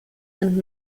and